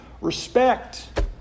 respect